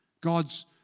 God's